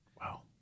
Wow